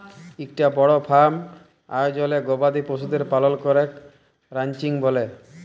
ইকটা বড়কা ফার্ম আয়জলে গবাদি পশুদের পালল ক্যরাকে রানচিং ব্যলে